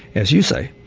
as you say,